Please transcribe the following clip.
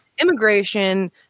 Immigration